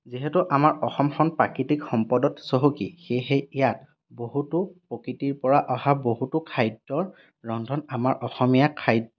যিহেতু আমাৰ অসমখন প্ৰাকৃতিক সম্পদত চহকী সেয়েহে ইয়াত বহুতো প্ৰকৃতিৰ পৰা অহা বহুতো খাদ্য়ৰ ৰন্ধন আমাৰ অসমীয়া খাইদ